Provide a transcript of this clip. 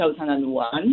2001